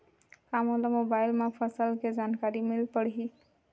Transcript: का मोला मोबाइल म फसल के जानकारी मिल पढ़ही?